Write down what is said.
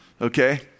Okay